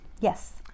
Yes